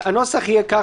אז הנוסח יהיה כך,